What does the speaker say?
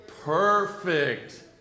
Perfect